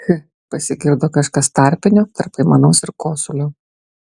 ch pasigirdo kažkas tarpinio tarp aimanos ir kosulio